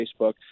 Facebook